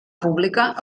pública